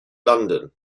london